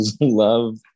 love